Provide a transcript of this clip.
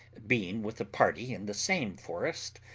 being with a party in the same forest,